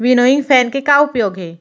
Winnowing fan के का उपयोग हे?